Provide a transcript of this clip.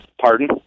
Pardon